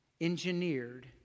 engineered